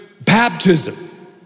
baptism